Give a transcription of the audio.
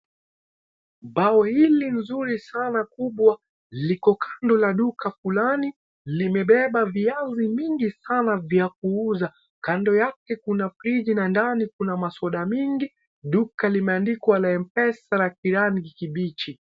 Mbao hili nzuri sana kubwa liko kando ya duka fulani limebeba viazi mingi vya kuuza kando yake kuna friji na ndani kuna masoda mingi duka limeandikwa la Mpesa na kirangi kibichi.